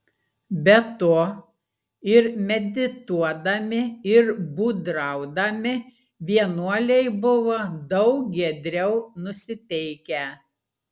be to ir medituodami ir būdraudami vienuoliai buvo daug giedriau nusiteikę